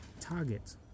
target